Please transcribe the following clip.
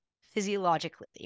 physiologically